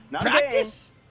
Practice